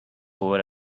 over